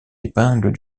épingle